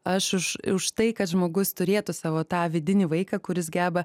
aš už už tai kad žmogus turėtų savo tą vidinį vaiką kuris geba